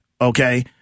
okay